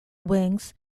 wings